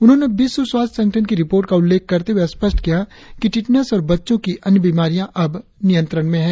उन्होंने विश्व स्वास्थ्य संगठन की रिपोर्ट का उल्लेख करते हुए स्पष्ट किया कि टिटनस और बच्चों की अन्य बीमारियां अब नियंत्रण में है